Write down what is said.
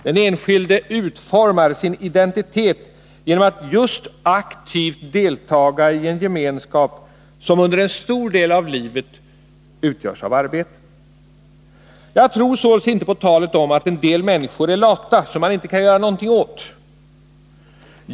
Den enskilde utformar sin identitet genom att just aktivt delta i en gemenskap som under en stor del av livet utgörs av arbete. Jag tror således inte på talet om att en del människor är lata och att detta är något som man inte kan göra någonting åt.